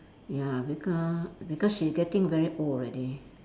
ya because because she getting very old already